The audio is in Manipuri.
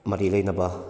ꯃꯔꯤ ꯂꯩꯅꯕ